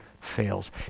fails